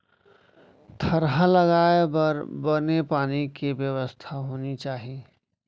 थरहा लगाए बर बने पानी के बेवस्था होनी चाही